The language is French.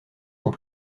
sont